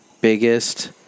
biggest